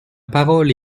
parole